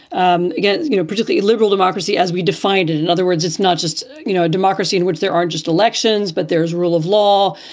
um against, you know, politically liberal democracy as we defined it. in other words, it's not just you know a democracy in which there aren't just elections, but there is rule of law.